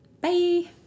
Bye